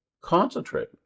concentrate